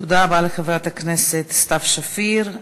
תודה רבה לחברת הכנסת סתיו שפיר.